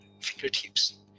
fingertips